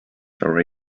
are